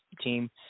team